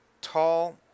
tall